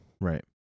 Right